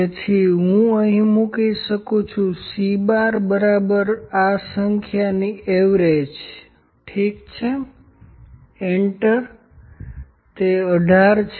તેથી હું અહીં મૂકી શકું છું C¯ બરાબર આ સંખ્યાની એવરેજ ઠીક છે એન્ટર તે18 છે